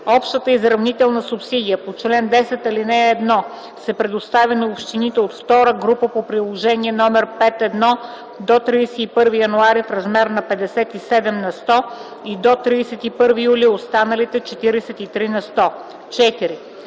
Общата изравнителна субсидия по чл. 10, ал. 1 се предоставя на общините от втора група по приложение № 5.1 до 31 януари в размер на 57 на сто и до 31 юли – останалите 43 на сто.” 4.